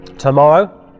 Tomorrow